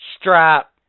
strap